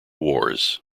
wars